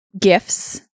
gifts